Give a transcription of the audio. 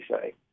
say